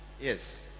Yes